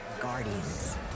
Guardians